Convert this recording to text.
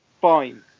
Fine